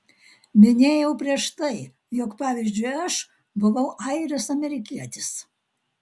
minėjau prieš tai jog pavyzdžiui aš buvau airis amerikietis